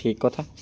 ଠିକ୍ କଥା